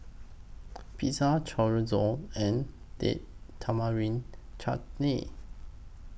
Pizza Chorizo and Date Tamarind Chutney